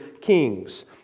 kings